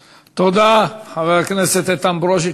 תודה, חבר הכנסת איתן ברושי.